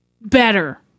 Better